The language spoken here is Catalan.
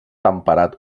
temperat